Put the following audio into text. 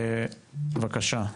בבקשה,